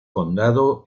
condado